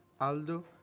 Aldo